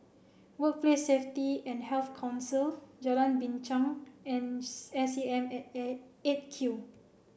Workplace Safety and Health Council Jalan Binchang and S A M at A eight Q